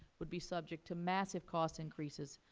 would be subject to massive cost increases,